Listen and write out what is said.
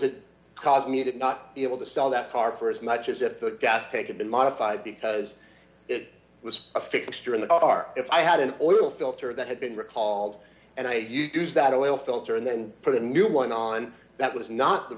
that caused me to not be able to sell that car for as much as it the gas take it been modified because it was a fixture in the car if i had an oil filter that had been recalled and i use that oil filter and then put a new one on that was not the